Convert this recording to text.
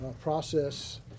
process